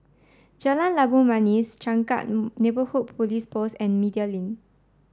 Jalan Labu Manis Changkat Neighbourhood Police Post and Media Link